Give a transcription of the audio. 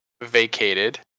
vacated